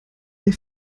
der